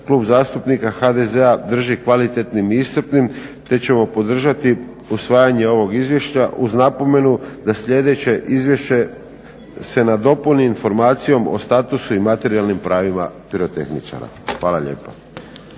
Klub zastupnika HDZ-a drži kvalitetnim i iscrpnim te ćemo podržati usvajanje ovog izvješća uz napomenu da sljedeće izvješće se nadopuni informacijom o statusu i materijalnim pravima pirotehničara. Hvala lijepa.